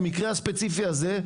במקרה הספציפי הזה,